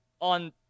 on